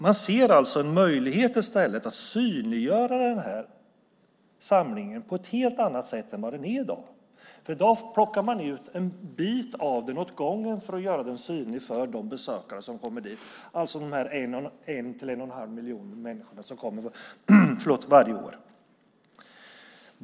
Man ser en möjlighet att synliggöra samlingen på ett helt annat sätt än i dag. I dag plockar man ut en del åt gången av samlingen för de besökare som kommer dit, det vill säga de en till en och en halv miljon människorna som kommer varje år.